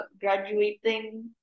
graduating